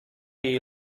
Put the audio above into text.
jej